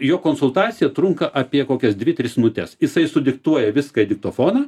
jo konsultacija trunka apie kokias dvi tris minutes jisai sudiktuoja viską į diktofoną